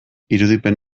irudipen